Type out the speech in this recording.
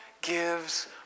gives